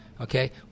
Okay